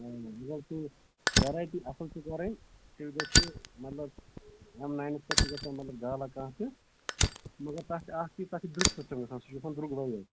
variety اصٕل چھِ کَرٕنۍ تیٚلہِ گوٚو سُہ مطلب میانہِ حِساب چھُ گَژھان مطلب گالا مگر تَتھ چھُ اکھ چیٖز تَتھ چھُ سُہ چھُ سُہ چھُ گَژھان دروٚگ